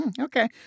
Okay